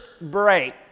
break